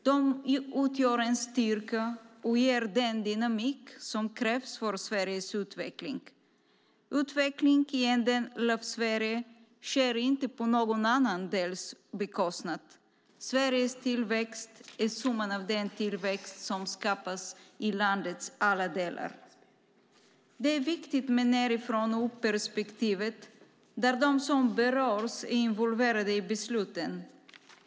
De utgör en styrka och ger den dynamik som krävs för Sveriges utveckling. Utveckling i en del av Sverige sker inte på någon annan dels bekostnad. Sveriges tillväxt är summan av den tillväxt som skapas i landets alla delar. Det är viktigt med nedifrån-och-upp-perspektivet där de som berörs är involverade i besluten.